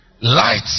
light